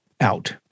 out